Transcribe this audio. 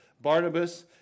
Barnabas